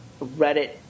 Reddit